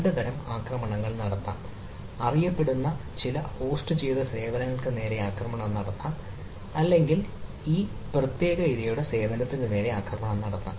രണ്ട് തരം ആക്രമണങ്ങൾ നടക്കാം അറിയപ്പെടുന്ന ചില ഹോസ്റ്റുചെയ്ത സേവനങ്ങൾക്ക് നേരെ ആക്രമണം നടത്താം അല്ലെങ്കിൽ ഒരു പ്രത്യേക ഇരയുടെ സേവനത്തിന് നേരെ ആക്രമണം നടത്താം